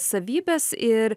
savybes ir